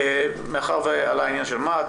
מאחר ועלה העניין של מה"ט,